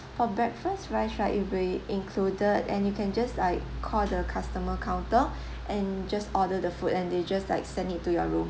for breakfast price right away included and you can just like call the customer counter and just order the food and they just like send it to your room